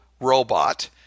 robot